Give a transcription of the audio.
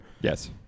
Yes